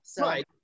Right